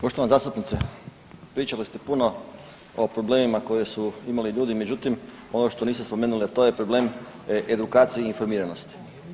Poštovana zastupnice pričali ste puno o problemima koje su imali ljudi, međutim ono što niste spomenuli a to je problem edukacije i informiranosti.